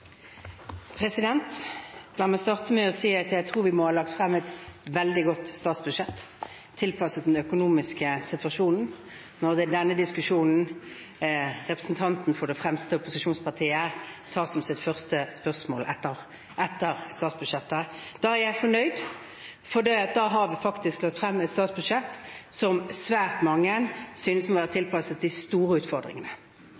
La meg starte med å si at jeg tror vi må ha lagt frem et veldig godt statsbudsjett tilpasset den økonomiske situasjonen. Når det er denne diskusjonen representanten for det fremste opposisjonspartiet tar som sitt første spørsmål i forbindelse med statsbudsjettet, er jeg fornøyd, for da har vi faktisk lagt frem et statsbudsjett som svært mange synes må være